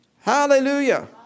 Hallelujah